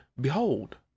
behold